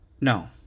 no